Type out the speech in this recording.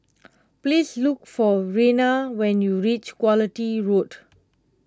please look for Rena when you reach Quality Road